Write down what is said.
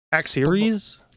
Series